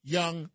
young